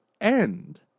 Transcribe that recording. end